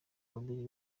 babiri